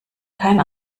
kein